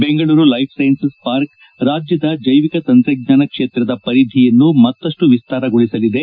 Bengaluru life sciences park ರಾಜ್ಯದ ಚೈವಿಕ ತಂತ್ರಜ್ಞಾನ ಕ್ಷೇತ್ರದ ಪರಿಧಿಯನ್ನು ಮತ್ತಷ್ಟು ವಿಸ್ತಾರಗೊಳಿಸಲಿದೆ